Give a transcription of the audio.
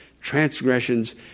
transgressions